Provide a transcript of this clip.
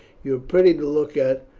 you are pretty to look at,